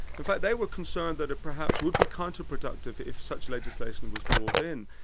in fact they were concerned that it perhaps would be counterproductive if such legislation was brought in.